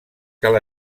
cal